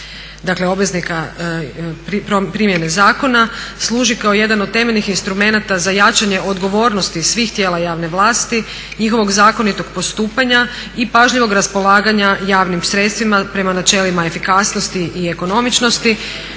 dakle obveznika primjene zakona služi kao jedan od temeljnih instrumenata za jačanje odgovornosti svih tijela javne vlasti, njihovog zakonitog postupanja i pažljivog raspolaganja javnim sredstvima prema načelima efikasnosti i ekonomičnosti